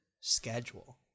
schedule